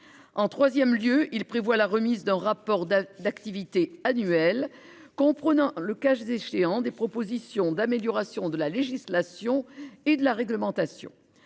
En 3ème lieu, il prévoit la remise d'un rapport d'activité annuel comprenant le cache échéant des propositions d'amélioration de la législation et de la réglementation.